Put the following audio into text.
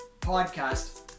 podcast